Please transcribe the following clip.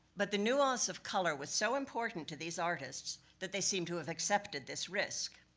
but the nuance of color was so important to these artists, that they seem to have accepted this risk.